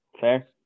Fair